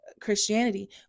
Christianity